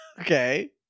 Okay